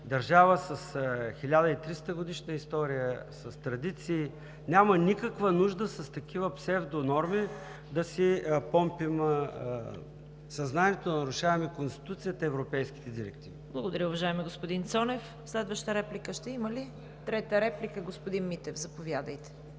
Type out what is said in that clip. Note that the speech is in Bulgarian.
държава с 1300 годишна история, с традиции и няма никаква нужда с такива псевдонорми да си помпим съзнанието, да нарушаваме Конституцията и европейските директиви. ПРЕДСЕДАТЕЛ ЦВЕТА КАРАЯНЧЕВА: Благодаря, уважаеми господин Цонев. Следваща реплика ще има ли? Трета реплика – господин Митев, заповядайте.